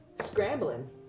Scrambling